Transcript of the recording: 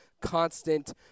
constant